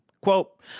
quote